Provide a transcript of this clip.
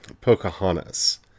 Pocahontas